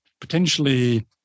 potentially